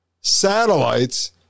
satellites